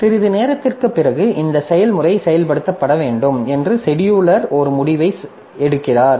சிறிது நேரத்திற்குப் பிறகு இந்த செயல்முறை செயல்படுத்தப்பட வேண்டும் என்று செடியூலர் ஒரு முடிவை எடுக்கிறார்